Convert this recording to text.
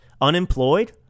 unemployed